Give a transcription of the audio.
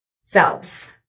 selves